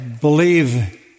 believe